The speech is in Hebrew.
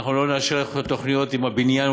אנחנו לא נאשר לכם תוכניות אם הבניין